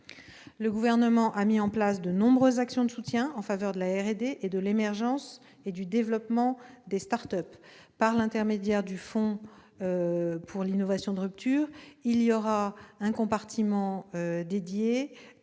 Le Gouvernement a mis en place de nombreuses actions de soutien en faveur de la R&D, d'une part, et de l'émergence et du développement des start-up, d'autre part. Au sein du fonds pour l'innovation de rupture, il y aura un compartiment dédié